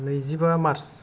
नैजिबा मार्स